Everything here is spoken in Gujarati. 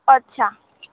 અચ્છા